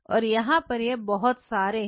और यहां पर यह बहुत सारे हैं